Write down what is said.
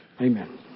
Amen